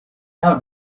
out